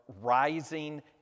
rising